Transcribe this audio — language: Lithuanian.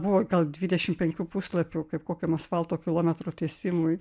buvo gal dvidešim penkių puslapių kaip kokiam asfalto kilometrų tiesimui